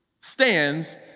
stands